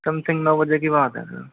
something नौ बजे की बात है सर